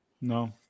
No